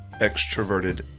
extroverted